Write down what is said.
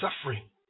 suffering